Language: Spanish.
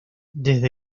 desde